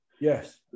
yes